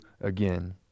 again